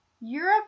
Europe